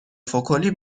فکلی